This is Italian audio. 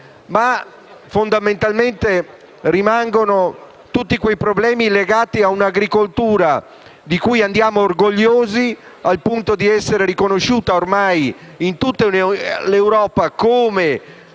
Fondamentalmente rimangono tutti i problemi legati a un'agricoltura di cui andiamo orgogliosi, al punto da essere riconosciuta ormai in tutta Europa come di